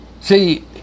See